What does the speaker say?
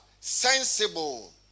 sensible